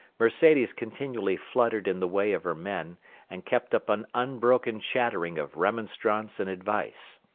mercedes continually fluttered in the way of her men and kept up an unbroken chattering of remonstrance and advice.